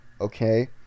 okay